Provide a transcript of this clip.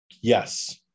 Yes